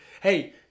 Hey